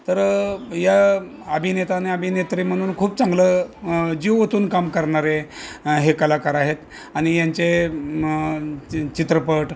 तर या अभिनेता आणि अभिनेत्री म्हणून खूप चांगलं जीव ओतून काम करणारे हे कलाकार आहेत आणि यांचे चित्रपट